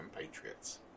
Patriots